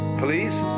police